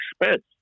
expense